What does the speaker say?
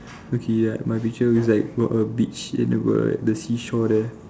okay like my picture is like got a beach and got the seashore there